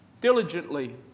diligently